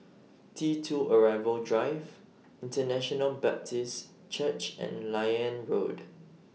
T two Arrival Drive International Baptist Church and Liane Road